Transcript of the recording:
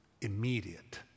immediate